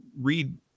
read